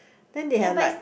then they have like